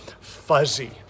fuzzy